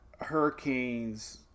hurricanes